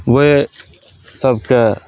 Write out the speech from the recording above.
ओहि सभके